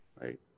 right